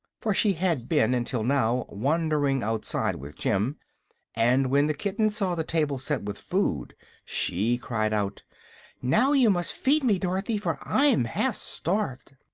for she had been until now wandering outside with jim and when the kitten saw the table set with food she cried out now you must feed me, dorothy, for i'm half starved.